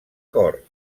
cor